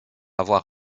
avoir